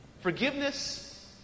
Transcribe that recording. Forgiveness